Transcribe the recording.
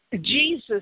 Jesus